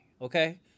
Okay